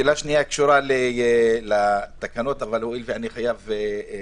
השאלה השנייה קשורה לתקנות אבל הואיל ואני חייב לצאת,